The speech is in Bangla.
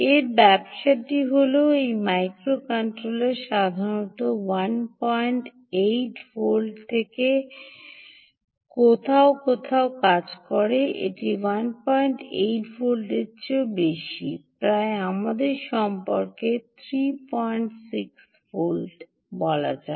এর ব্যবসাটি হল এই মাইক্রোকন্ট্রোলার সাধারণত 18 ভোল্ট থেকে কোথাও কোথাও কাজ করে এটি 18 ভোল্টের চেয়েও বেশি প্রায় আমাদের সম্পর্কে 36 ভোল্ট বলা যাক